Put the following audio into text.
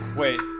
wait